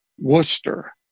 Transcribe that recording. Worcester